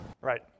Right